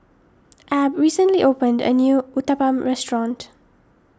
Ab recently opened a new Uthapam restaurant